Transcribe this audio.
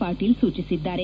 ಪಾಟೀಲ ಸೂಚಿಸಿದ್ದಾರೆ